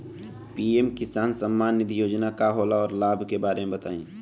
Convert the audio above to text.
PM किसान सम्मान निधि योजना का होला औरो लाभ के बारे में बताई?